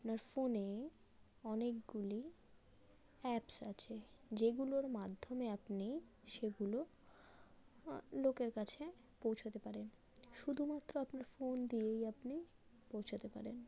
আপনার ফোনে অনেকগুলি অ্যাপস আছে যেগুলোর মাধ্যমে আপনি সেগুলো লোকের কাছে পৌঁছতে পারেন শুধুমাত্র আপনার ফোন দিয়েই আপনি পৌঁছাতে পারেন